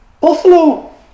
Buffalo